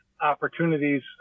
opportunities